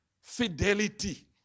fidelity